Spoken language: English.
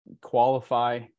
qualify